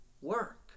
work